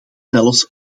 zelfs